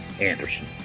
Anderson